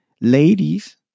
Ladies